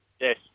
Yes